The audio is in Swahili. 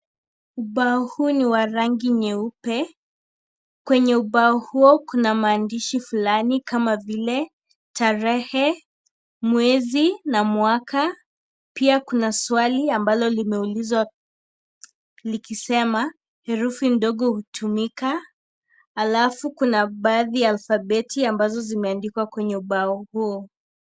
Ubao huu ni wa rangi nyeupe, kwenye ubao huo kuna maandishi fulani, kama vile tarehe, mwezi na mwaka, pia kuna swali ambalo limeulizwa likisema, herufi ndogo hutumika alafu kuna baadhi ya alfabeti ambazo zimeandikwa kwenye ubao huo.